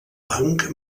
banc